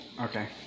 Okay